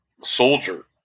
soldier